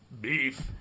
Beef